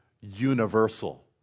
universal